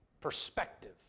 perspective